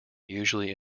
usually